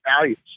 values